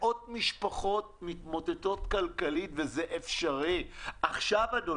מאות משפחות מתמוטטות כלכלית, וזה אפשרי עכשיו.